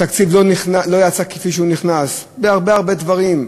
התקציב לא יצא כפי שהוא נכנס, בהרבה הרבה דברים,